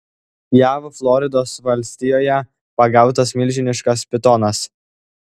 jav floridos valstijoje pagautas milžiniškas pitonas